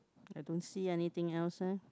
I don't see anything else leh